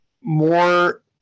more